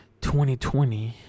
2020